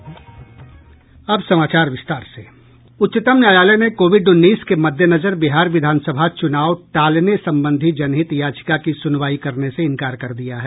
उच्चतम न्यायालय ने कोविड उन्नीस के मद्देनजर बिहार विधानसभा चूनाव टालने संबंधी जनहित याचिका की सुनवाई करने से इंकार कर दिया है